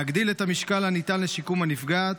להגדיל את המשקל הניתן לשיקום הנפגעת,